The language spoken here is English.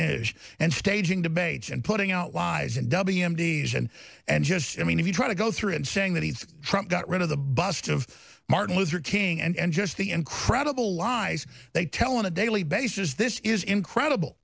news and staging debates and putting out lies and w m d's and and just i mean if you try to go through and saying that he got rid of the bust of martin luther king and just the incredible lies they tell on a daily basis this is incredible